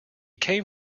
came